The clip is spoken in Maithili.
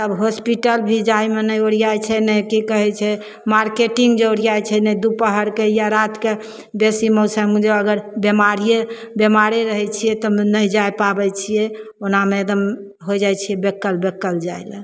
आब हॉस्पिटल भी जाइमे नहि ओरिआइ छै नहि कि कहै छै मार्केटिन्ग ओरिआइ छै नहि दुपहरके या रातिके बेसी मौसम अगर जे बीमारिए बेमारे रहै छिए तब नहि जा पाबै छिए ओनामे एकदम हो जाइ छिए बेकल बेकल जाइले